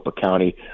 County